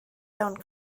iawn